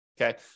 okay